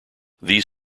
these